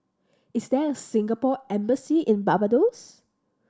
is there a Singapore Embassy in Barbados